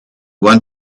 want